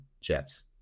Jets